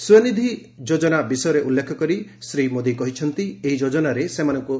ସ୍ୱନିଧି ଯୋଜନା ବିଷୟରେ ଉଲ୍ଲ୍ରେଖ କରି ଶ୍ରୀ ମୋଦୀ କହିଛନ୍ତି ଏହି ଯୋଜନାରେ ସେମାନଙ୍କୁ